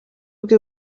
bwo